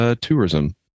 Tourism